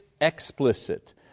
explicit